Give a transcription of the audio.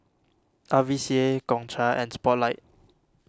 R V C A Gongcha and Spotlight